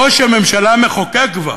ראש הממשלה מחוקק כבר,